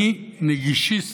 אני נגישיסט.